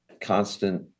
constant